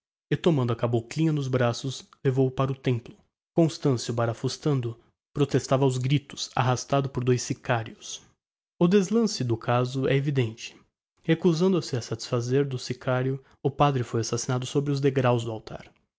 e tomando a caboclinha nos braços levou-a para o templo constancio barafustando protestava aos gritos arrastado por dois sicarios o desenlace do caso é evidente recusando se a satisfazer ao sicario o padre foi assassinado sobre os degraus do altar